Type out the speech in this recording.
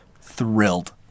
thrilled